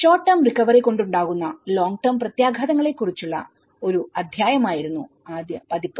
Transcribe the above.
short term recovery കൊണ്ടുണ്ടാകുന്ന long term പ്രത്യാഘാതങ്ങളെക്കുറിച്ചുള്ള ഒരു അധ്യായമായിരുന്നു ആദ്യ പതിപ്പ്